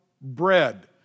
bread